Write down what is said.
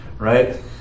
right